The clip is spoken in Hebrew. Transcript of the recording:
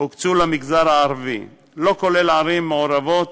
הוקצו למגזר הערבי, לא כולל ערים מעורבות,